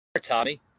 Tommy